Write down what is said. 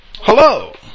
Hello